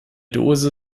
dose